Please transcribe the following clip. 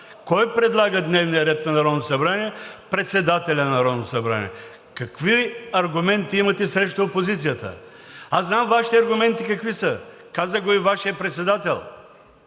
Кой предлага дневния ред на Народното събрание? Председателят на Народното събрание. Какви аргументи имате срещу опозицията? Аз знам Вашите аргументи какви са, каза го и Вашият председател